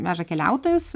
veža keliautojus